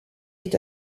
est